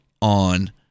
on